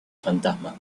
fantasma